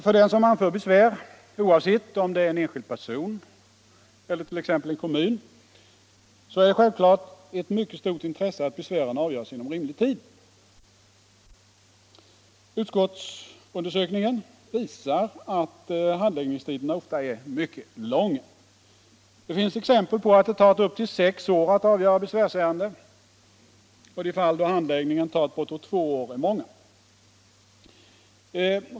För den som anför besvär — oavsett om det är en enskild person eller t.ex. en kommun -— är det självklart ett mycket stort intresse att ärendet avgörs inom rimlig tid. Utskottsundersökningen visar att handläggningstiderna ofta är mycket långa. Det finns exempel på att det tagit upp till sex år att avgöra besvärsärenden, och de fall där handläggningen tagit bortåt två år är många.